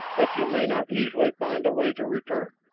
that you may not easily find a way to return.